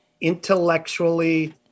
intellectually